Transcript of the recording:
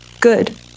good